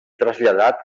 traslladat